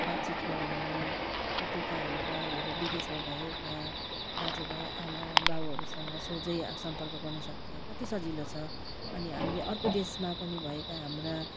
बातचित गराउन छुटेका हाम्रा अब विदेशमा भएका दाजुभाइ आमा बाउहरूसँग सोझै अबो सम्पर्क गर्नुसक्छ कति सजिलो छ अनि हामीले अर्को देशमा पनि भएका हाम्रा